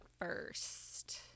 first